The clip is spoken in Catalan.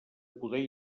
poder